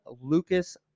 Lucas